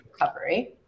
recovery